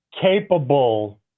capable